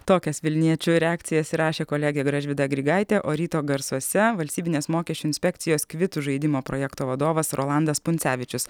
tokias vilniečių reakcijas įrašė kolegė gražvyda grigaitė o ryto garsuose valstybinės mokesčių inspekcijos kvitų žaidimo projekto vadovas rolandas puncevičius